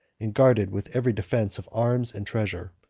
and guarded with every defence of arms and treasure.